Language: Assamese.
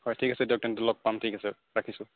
হয় ঠিক আছে দিয়ক তেন্তে লগ পাম ঠিক আছে ৰাখিছোঁ